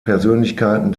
persönlichkeiten